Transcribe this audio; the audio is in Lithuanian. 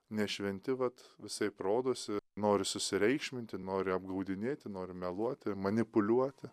nešventi vat visaip rodosi nori susireikšminti nori apgaudinėti nori meluoti manipuliuoti